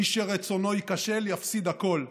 מי שרצונו ייכשל, יפסיד הכול.